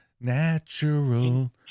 natural